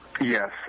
yes